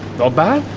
not bad.